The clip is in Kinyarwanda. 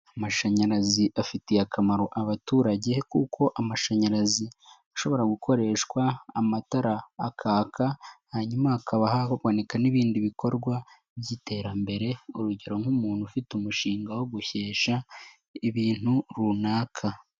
Amashanyarazi afitiye akamaro abaturage, kuko amashanyarazi ashobora gukoreshwa amatara akaka, hanyuma haba haboneka n'ibindi bikorwa by'iterambere, urugero nk'umuntu ufite umushinga wo gushesha ibintu runaka.